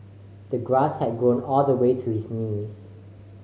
the grass had grown all the way to his knees